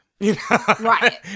Right